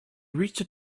reached